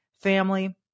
family